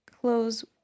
close